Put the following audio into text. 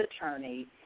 attorney